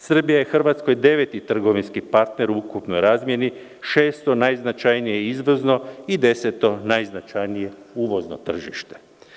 Srbija je Hrvatskoj deveti trgovinski partner u ukupnoj razmeni, šesto najznačajnije izvozno i deseto najznačajnije uvozno tržište.